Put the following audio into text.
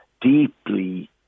deeply